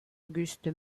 auguste